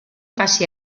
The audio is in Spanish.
casi